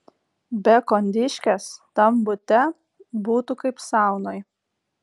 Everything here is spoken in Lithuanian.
be kondiškės tam bute būtų kaip saunoj